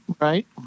Right